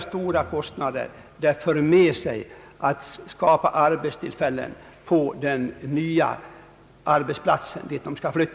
stora kostnader det för med sig att skapa arbetstillfällen på den ort dit människorna skall flytta.